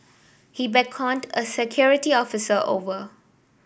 he beckoned a security officer over